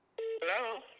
Hello